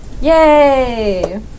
Yay